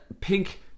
pink